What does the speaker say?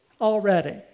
already